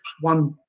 one